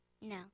No